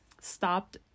stopped